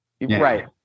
Right